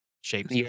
shapes